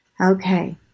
Okay